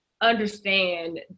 understand